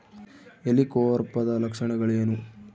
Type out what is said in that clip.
ಹೆಲಿಕೋವರ್ಪದ ಲಕ್ಷಣಗಳೇನು?